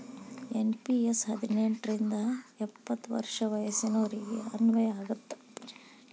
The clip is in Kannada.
ಎನ್.ಪಿ.ಎಸ್ ಹದಿನೆಂಟ್ ರಿಂದ ಎಪ್ಪತ್ ವರ್ಷ ವಯಸ್ಸಿನೋರಿಗೆ ಅನ್ವಯ ಆಗತ್ತ